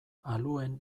aluen